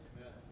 Amen